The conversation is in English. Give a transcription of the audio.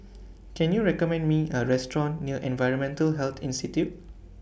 Can YOU recommend Me A Restaurant near Environmental Health Institute